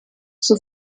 zur